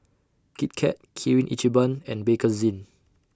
Kit Kat Kirin Ichiban and Bakerzin